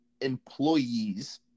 employees